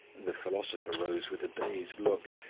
the philosopher rose with a dazed look,